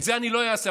את זה אני לא אעשה,